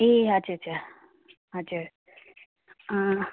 ए हजुर हजुर हजुर